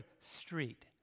Street